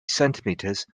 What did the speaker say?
centimeters